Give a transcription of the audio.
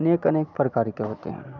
अनेक अनेक प्रकार के होते हैं